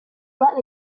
lent